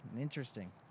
Interesting